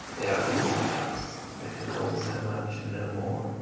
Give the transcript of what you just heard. they are the little cups that can hold so much and no more.